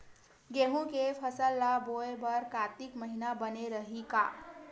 गेहूं के फसल ल बोय बर कातिक महिना बने रहि का?